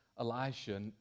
Elisha